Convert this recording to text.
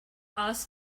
asks